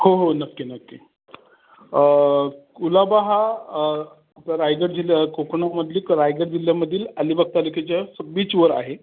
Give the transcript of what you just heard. हो हो नक्की नक्की कुलाबा हा रायगड जिल्हा कोकणामधली कं रायगड जिल्ह्यामधील अलिबाग तालुक्याच्या सं बिचवर आहे